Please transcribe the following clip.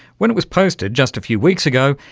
when it was posted just a few weeks ago,